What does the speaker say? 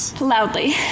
Loudly